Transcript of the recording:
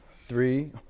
three